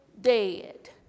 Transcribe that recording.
dead